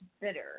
bitter